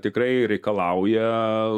tikrai reikalauja